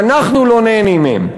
ואנחנו לא נהנים מהם.